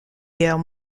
guerre